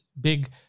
big